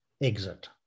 exit